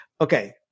Okay